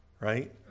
right